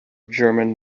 german